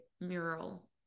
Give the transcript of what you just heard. mural